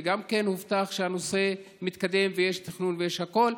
וגם הובטח שהנושא מתקדם ויש תכנון ויש הכול.